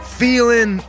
feeling